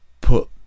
put